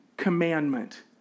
commandment